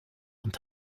und